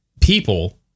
People